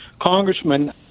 congressman